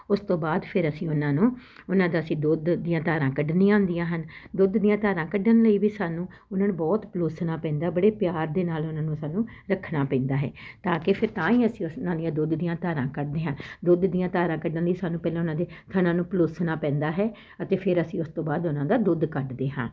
ਉਸ ਤੋਂ ਬਾਅਦ ਫਿਰ ਅਸੀਂ ਉਹਨਾਂ ਨੂੰ ਉਹਨਾਂ ਦਾ ਅਸੀਂ ਦੁੱਧ ਦੀਆਂ ਧਾਰਾਂ ਕੱਢਨੀਆਂ ਹੁੰਦੀਆਂ ਹਨ ਦੁੱਧ ਦੀਆਂ ਧਾਰਾਂ ਕੱਢਣ ਲਈ ਵੀ ਸਾਨੂੰ ਉਹਨਾਂ ਨੂੰ ਬਹੁਤ ਪਲੋਸਣਾ ਪੈਂਦਾ ਬੜੇ ਪਿਆਰ ਦੇ ਨਾਲ ਉਹਨਾਂ ਨੂੰ ਸਾਨੂੰ ਰੱਖਣਾ ਪੈਂਦਾ ਹੈ ਤਾਂ ਕਿ ਫਿਰ ਤਾਂ ਹੀ ਅਸੀਂ ਉਸ ਦੀਆਂ ਦੁੱਧ ਦੀਆਂ ਧਾਰਾਂ ਕੱਢਦੇ ਹਾਂ ਦੁੱਧ ਦੀਆਂ ਧਾਰਾਂ ਕੱਢਣ ਲਈ ਸਾਨੂੰ ਪਹਿਲਾਂ ਉਹਨਾਂ ਦੇ ਥਣਾਂ ਨੂੰ ਪਲੋਸਨਾ ਪੈਂਦਾ ਹੈ ਅਤੇ ਫਿਰ ਅਸੀਂ ਉਸ ਤੋਂ ਬਾਅਦ ਉਹਨਾਂ ਦਾ ਦੁੱਧ ਕੱਢਦੇ ਹਾਂ